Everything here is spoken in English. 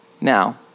Now